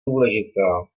důležitá